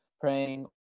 praying